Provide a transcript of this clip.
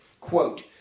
Quote